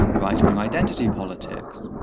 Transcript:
right wing identity politics.